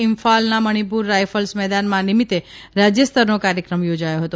ઇમ્ફાલના Manipur rifles મેદાનમાં આ નિમિત્તે રાજયસ્તરનો કાર્યક્રમ યોજાથો હતો